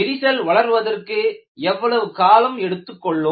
விரிசல் வளர்வதற்கு எவ்வளவு காலம் எடுத்துக்கொள்ளும்